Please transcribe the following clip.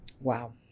Wow